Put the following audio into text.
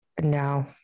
No